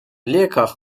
leerkracht